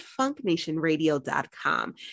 FunkNationRadio.com